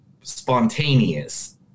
spontaneous